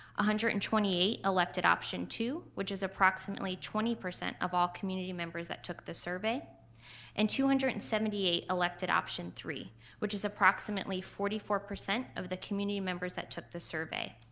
ah hundred and twenty eight elected option two which is approximately twenty percent of all community members that took the survey and two hundred and seventy eight elected option three which is approximately forty four percent of the community members that took the survey.